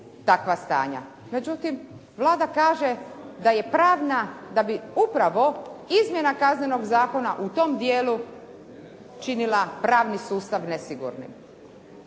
takva stanja. Međutim, Vlada kaže da je pravna, da bi upravo izmjena Kaznenog zakona u tom dijelu činila pravni sustav nesigurnim.